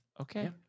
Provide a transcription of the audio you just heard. okay